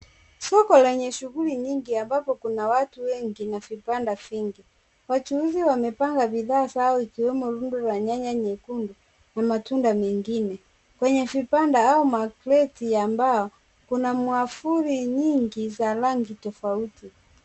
Soko lenye shughuli nyingi, ambapo kuna watu wengi na vibanda vingi, wachuuzi wamepanga bidhaa zao ikiwemo rundo lwa nyanya nyekundu na matunda mengine, kwenye vibanda au makreti ya mbao kuna mwavuli nyingi za rangi tofauti.